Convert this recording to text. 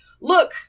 Look